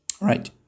Right